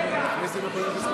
לא שומעים אותך.